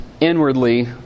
inwardly